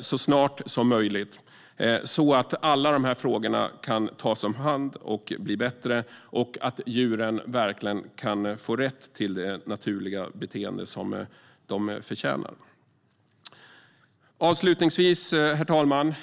så snart som möjligt, så att alla dessa frågor kan tas om hand och bli bättre och så att djuren verkligen får den rätt till naturligt beteende de förtjänar. Herr talman!